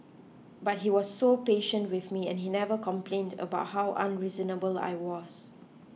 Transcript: but he was so patient with me and he never complained about how unreasonable I was